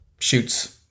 shoots